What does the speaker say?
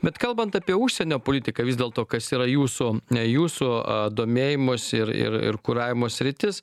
bet kalbant apie užsienio politiką vis dėlto kas yra jūsų jūsų domėjimosi ir ir ir kuravimo sritis